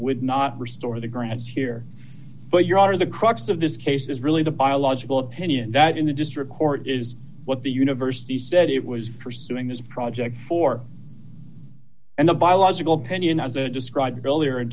would not restore the grounds here but your honor the crux of this case is really the biological opinion that in the district court is what the university said it was pursuing this project for and the biological opinion of the described earlier in